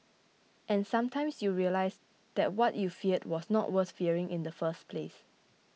and sometimes you realise that what you feared was not worth fearing in the first place